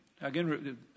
Again